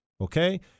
Okay